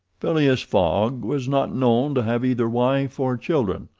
phileas fogg was not known to have either wife or children,